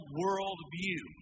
worldview